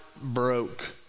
broke